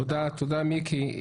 תודה, מיקי.